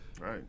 Right